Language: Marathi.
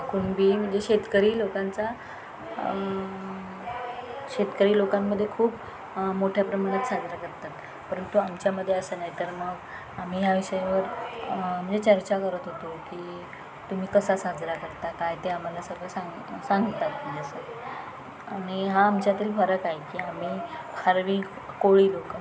कुणबी म्हणजे शेतकरी लोकांचा शेतकरी लोकांमध्ये खूप मोठ्या प्रमाणात साजरा करतात परंतु आमच्यामध्ये असं नाही तर मग आम्ही ह्या विषयवर म्हणजे चर्चा करत होतो की तुम्ही कसा साजरा करता काय ते आम्हाला सर्व सांग सांगतात जसं आणि हा आमच्यातील फरक आहे की आम्ही फारवी कोळी लोकं